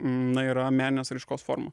na yra meninės raiškos forma